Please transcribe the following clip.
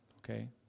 okay